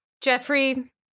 Jeffrey